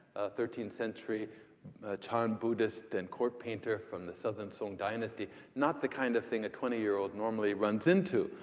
thirteenth century chan buddhist and court painter from the southern song dynasty. not the kind of thing a twenty year old normally runs into,